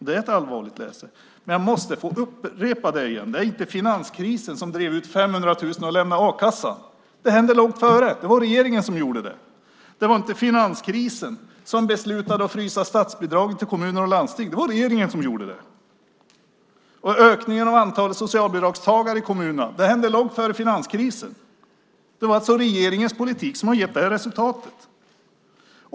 Det är ett allvarligt läge. Jag måste få upprepa: Det är inte finanskrisen som drev 500 000 till att lämna a-kassan. Det hände långt före. Det var regeringen som gjorde det. Det var inte finanskrisen som beslutade att frysa statsbidragen till kommuner och landsting. Det var regeringen som gjorde det. Ökningen av antalet socialbidragstagare i kommunerna hände långt före finanskrisen. Det är alltså regeringens politik som har gett det resultatet.